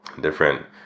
different